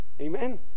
Amen